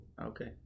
Okay